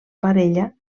parella